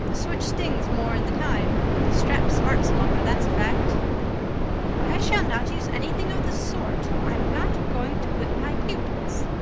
a switch stings more at the time but the strap smarts longer, that's a fact i shall not use anything of the sort. i'm not going to whip my pupils.